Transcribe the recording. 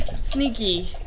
sneaky